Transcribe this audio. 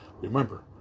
Remember